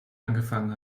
angefangen